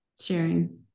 sharing